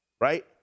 right